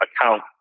account